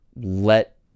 let